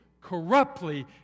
corruptly